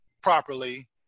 properly